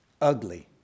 ugly